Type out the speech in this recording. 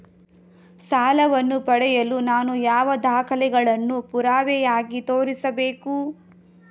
ಸಾಲವನ್ನು ಪಡೆಯಲು ನಾನು ಯಾವ ದಾಖಲೆಗಳನ್ನು ಪುರಾವೆಯಾಗಿ ತೋರಿಸಬೇಕು?